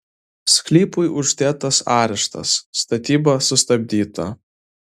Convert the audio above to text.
sklypui uždėtas areštas statyba sustabdyta